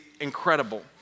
incredible